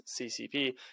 CCP